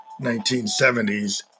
1970s